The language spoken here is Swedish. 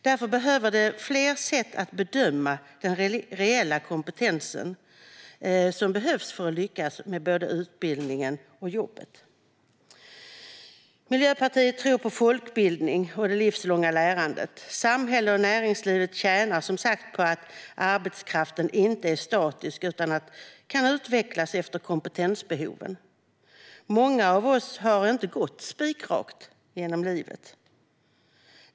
Därför behövs det fler sätt att bedöma den reella kompetens som behövs för att lyckas med både utbildningen och jobbet. Miljöpartiet tror på folkbildningen och det livslånga lärandet. Samhället och näringslivet tjänar som sagt på att arbetskraften inte är statisk utan kan utvecklas efter kompetensbehoven. Många av oss har inte gått spikrakt genom livet.